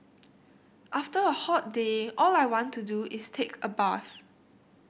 after a hot day all I want to do is take a bath